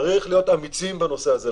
ולכן צריך להיות אמיצים בנושא הזה,